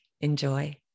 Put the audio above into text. Enjoy